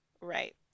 Right